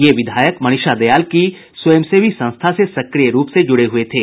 ये विधायक मनीषा दयाल की स्वयं सेवी संस्था से सक्रिय रूप से जुड़े हुये थे